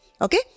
Okay